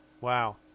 Wow